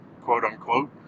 quote-unquote